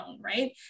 right